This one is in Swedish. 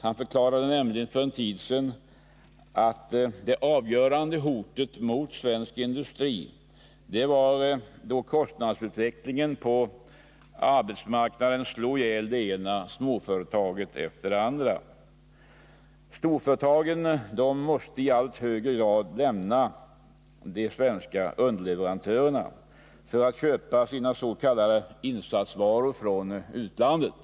Han förklarade för en tid sedan att det avgörande hotet mot svensk industri var när kostnadsutvecklingen på arbetsmarknaden slog ihjäl det ena småföretaget efter det andra. Storföretagen måste i allt högre grad lämna de svenska underleverantörerna för att köpa sina s.k. insatsvaror från utlandet.